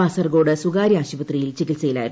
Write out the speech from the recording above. കാസർകോഡ് സ്വകാര്യ ആശുപത്രിയിൽ ചികിൽസയിലായിരുന്നു